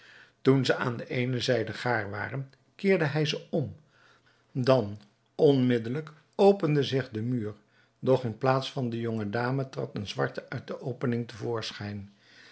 toen ze aan de eene zijde gaar waren keerde hij ze om dan onmiddelijk opende zich de muur doch in plaats van de jonge dame trad een zwarte uit de opening